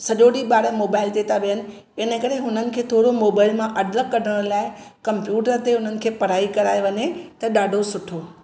सॼो ॾींहुं ॿार मोबाइल ते था वेहन इन करे हुननि खे मोबाइल मां अलॻि करण लाइ कंप्यूटर ते उन्हनि खे पराई कराए वञे त ॾाढो सुठो